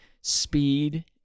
speed